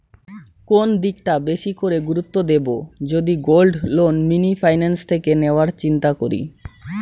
কোন দিকটা বেশি করে গুরুত্ব দেব যদি গোল্ড লোন মিনি ফাইন্যান্স থেকে নেওয়ার চিন্তা করি?